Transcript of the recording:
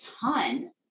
ton